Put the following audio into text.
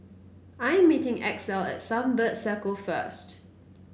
I'm meeting Axel at Sunbird Circle first